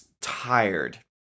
tired